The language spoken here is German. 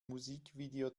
musikvideo